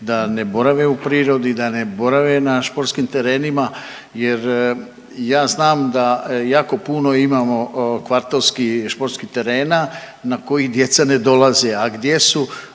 da ne borave u prirodi, da ne borave na sportskim terenima jer ja znam da jako puno imamo kvartovskih športskih terena na koji djeca ne dolaze, a gdje su?